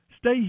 Stay